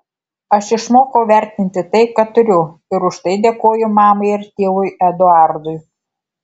aš išmokau vertinti tai ką turiu ir už tai dėkoju mamai ir tėvui eduardui